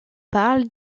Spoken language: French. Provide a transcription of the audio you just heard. parlent